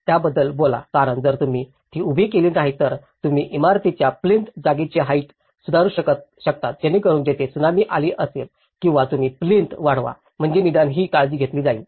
त्याबद्दल बोला कारण जर तुम्ही ती उभी केली नाही तर तुम्ही इमारतीच्या प्लिन्थ जागेची हाईट सुधारु शकता जेणेकरून तिथे त्सुनामी आली असेल किंवा तुम्ही प्लिन्थ वाढवा म्हणजे निदान ही काळजी घेतली जाईल